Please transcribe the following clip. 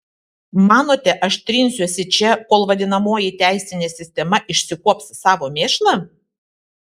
manote aš trinsiuosi čia kol vadinamoji teisinė sistema išsikuops savo mėšlą